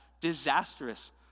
disastrous